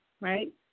right